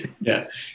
Yes